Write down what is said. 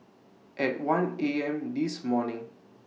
At one A M This morning